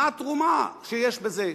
מה התרומה שיש בזה?